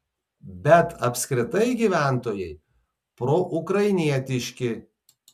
bet apskritai gyventojai proukrainietiški